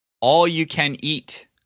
All-you-can-eat